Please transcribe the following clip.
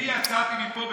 יצאתי מפה ב-08:00.